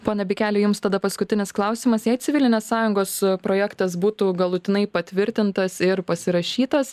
pone bikeli jums tada paskutinis klausimas jei civilinės sąjungos projektas būtų galutinai patvirtintas ir pasirašytas